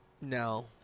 No